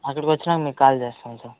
అక్కడికి వచ్చినాక మీకు కాల్ చేస్తాం సార్